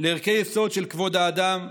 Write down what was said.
לערכי יסוד של כבוד האדם.